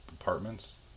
Apartments